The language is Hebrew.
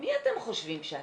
מי אתם חושבים שאתם,